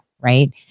Right